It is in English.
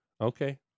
Okay